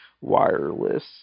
Wireless